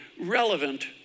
relevant